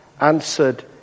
answered